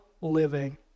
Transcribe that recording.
living